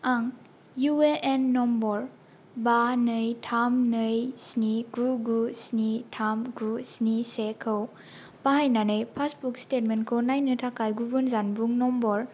आं इउएएन नम्बर बा नै थाम नै स्नि गु गु स्नि थाम गु स्नि से खौ बाहायनानै पासबुक स्टेटमेन्टखौ नायनो थाखाय गुबुन जानबुं नम्बर